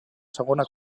segona